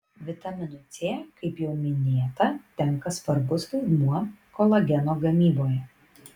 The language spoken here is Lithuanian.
vitaminui c kaip jau minėta tenka svarbus vaidmuo kolageno gamyboje